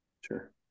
Sure